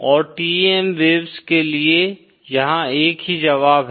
और TEM waves के लिए यहाँ एक ही जवाब है